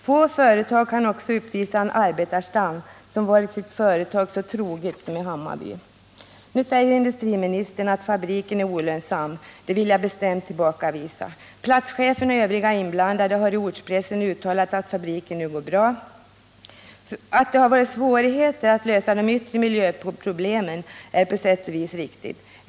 Få företag kan uppvisa en arbetarstam som varit sitt företag så trogen som den i Hammarby. Nu säger industriministern att fabriken är olönsam. Det viil jag bestämt tillbakavisa. Platschefen och övriga inblandade har i ortspressen uttalat att fabriken nu går bra. Att det har varit svårigheter att lösa de yttre miljöproblemen är på sätt och vis riktigt.